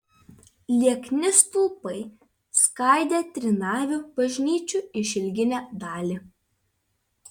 liekni stulpai skaidė trinavių bažnyčių išilginę dalį